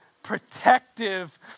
protective